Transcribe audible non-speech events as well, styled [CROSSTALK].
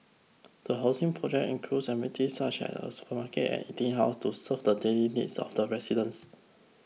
the housing project includes [UNINTELLIGIBLE] such as a supermarket and eating house to serve the daily needs of the residents